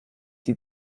sie